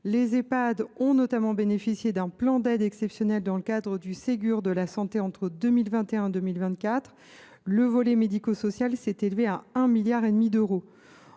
Les Ehpad ont notamment bénéficié d’un plan d’aide exceptionnel dans le cadre du Ségur de la santé entre 2021 et 2024. Le volet médico social s’est élevé à 1,5 milliard d’euros.